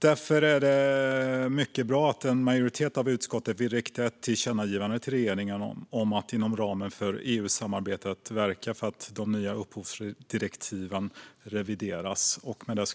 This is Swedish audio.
Därför är det mycket bra att en majoritet av utskottet vill rikta ett tillkännagivande till regeringen om att inom ramen för EU-samarbetet verka för att de nya upphovsrättsdirektiven revideras.